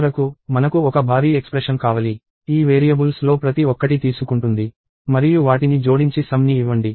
చివరకు మనకు ఒక భారీ ఎక్స్ప్రెషన్ కావలి ఈ వేరియబుల్స్లో ప్రతి ఒక్కటి తీసుకుంటుంది మరియు వాటిని జోడించి సమ్ ని ఇవ్వండి